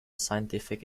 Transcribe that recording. scientific